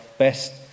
best